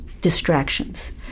distractions